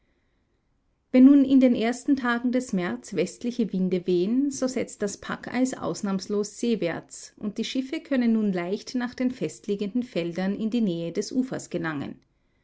wenn in den ersten tagen des märz westliche winde wehen so setzt das packeis ausnahmslos seewärts und die schiffe können nun leicht nach den festliegenden feldern in die nähe des ufers gelangen